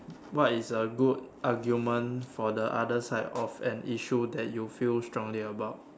what is a good argument for the other side of an issue that you feel strongly about